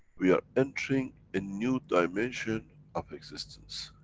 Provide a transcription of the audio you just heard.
we are entering a new dimension of existence.